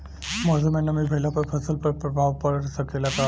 मौसम में नमी भइला पर फसल पर प्रभाव पड़ सकेला का?